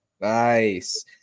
Nice